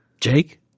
Jake